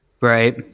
Right